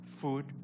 food